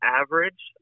average